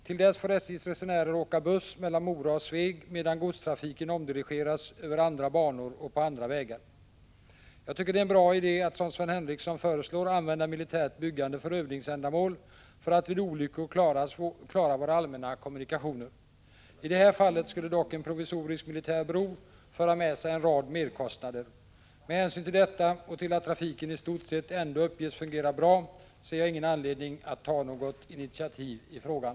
Till dess får SJ:s resenärer åka buss mellan Mora och Sveg medan godstrafiken omdirigeras över andra banor och på vägar. Jag tycker det är en bra idé att, som Sven Henricsson föreslår, använda militärt byggande för övningsändamål för att vid olyckor klara våra allmänna kommunikationer. I det här fallet skulle dock en provisorisk militär bro föra med sig en rad merkostnader. Med hänsyn till detta och till att trafiken i stort sett ändå uppges fungera bra ser jag ingen anledning att ta något initiativ i frågan.